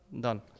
done